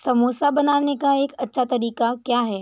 समोसा बनाने का एक अच्छा तरीका क्या है